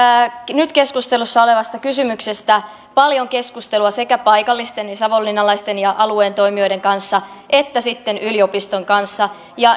nyt keskustelussa olevasta kysymyksestä paljon keskustelua sekä paikallisten ja savonlinnalaisten ja alueen toimijoiden kanssa että sitten yliopiston kanssa